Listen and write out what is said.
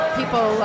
people